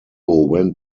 went